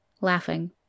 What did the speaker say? laughing